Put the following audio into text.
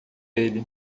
ele